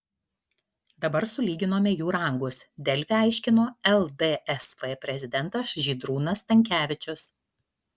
dabar sulyginome jų rangus delfi aiškino ldsf prezidentas žydrūnas stankevičius